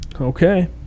Okay